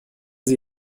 sie